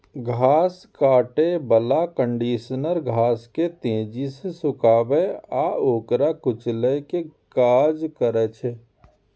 घास काटै बला कंडीशनर घास के तेजी सं सुखाबै आ ओकरा कुचलै के काज करै छै